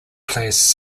plays